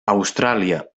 austràlia